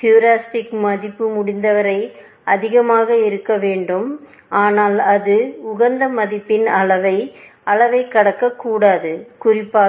heuristic மதிப்பு முடிந்தவரை அதிகமாக இருக்க வேண்டும் ஆனால் அது உகந்த மதிப்பின் அளவைக் கடக்கக் கூடாது குறிப்பாக